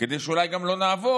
כדי שאולי גם לא נעבוד,